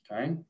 Okay